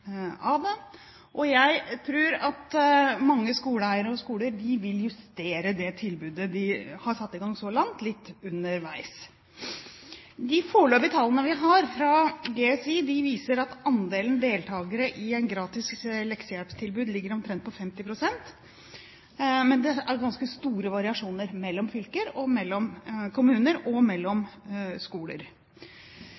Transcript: mange skoleeiere og skoler vil justere det tilbudet de har satt i gang så langt, litt underveis. De foreløpige tallene vi har fra GSI viser at andelen deltakere i gratis leksehjelp ligger på omtrent 50 pst., men det er ganske store variasjoner mellom fylker, mellom kommuner og mellom